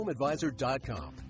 HomeAdvisor.com